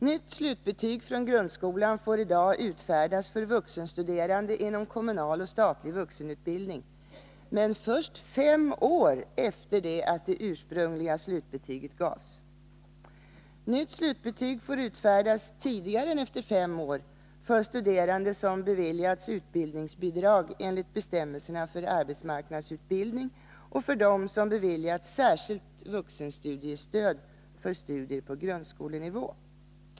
Nytt slutbetyg från grundskolan får i dag utfärdas för vuxenstuderande inom kommunal och statlig vuxenutbildning, men först fem år efter det att det ursprungliga slutbetyget gavs. Nytt slutbetyg får utfärdas tidigare än efter fem år för studerande som har beviljats utbildningsbidrag enligt bestämmelserna för arbetsmarknadsutbildning och för dem som har beviljats särskilt vuxenstudiestöd för studier på grundskolenivå.